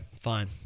fine